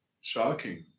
shocking